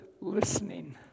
listening